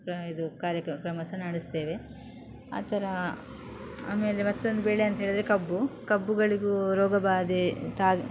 ಪ್ರ ಇದು ಕಾರ್ಯಕ್ರ ಕ್ರಮ ಸಹ ನಡೆಸ್ತೇವೆ ಆ ಥರ ಆಮೇಲೆ ಮತ್ತೊಂದು ಬೆಳೆ ಅಂಥೇಳಿದ್ರೆ ಕಬ್ಬು ಕಬ್ಬುಗಳಿಗೂ ರೋಗ ಬಾಧೆ ತಾಗಿ